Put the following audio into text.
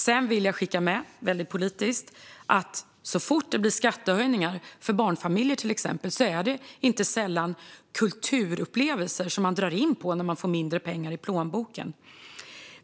Jag vill också göra ett medskick som är väldigt politiskt: Så fort det blir skattehöjningar för till exempel barnfamiljer och de får mindre pengar i plånboken är det inte sällan kulturupplevelser de drar in på.